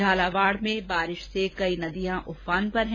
झालावाड में बारिश से कई नदियां उफान पर हैं